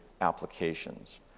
applications